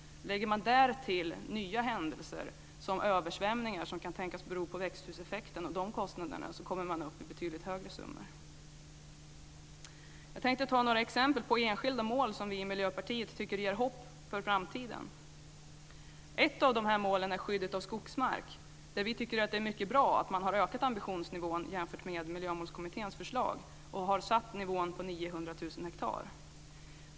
Lägger man därtill nya händelser, som översvämningar som kan tänkas bero på växthuseffekten och de kostnaderna, kommer man upp i betydligt högre summor. Jag tänkte ta upp några exempel på enskilda mål som vi i Miljöpartiet tycker inger hopp för framtiden. Ett av de målen gäller skyddet av skogsmark. Vi tycker att det är mycket bra att man har ökat ambitionsnivån jämfört med Miljömålskommitténs förslag och har satt nivån på 900 000 hektar.